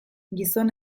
gizon